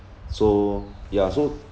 so ya so